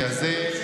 צריך,